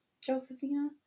josephina